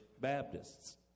Baptists